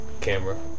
camera